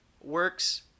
works